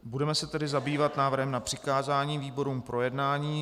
Budeme se tedy zabývat návrhem na přikázání výborům k projednání.